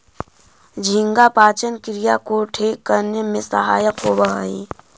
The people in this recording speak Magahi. झींगा पाचन क्रिया को ठीक करने में सहायक होवअ हई